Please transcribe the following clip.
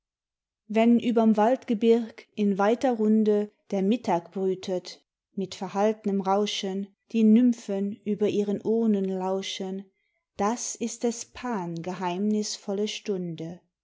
wenn über'm waldgebirg in weiter runde der mittag brütet mit verhalt'nem rauschen die nymphen über ihren urnen lauschen das ist des pan geheimnißvolle stunde